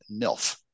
NILF